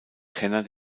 kenner